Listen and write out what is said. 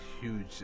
huge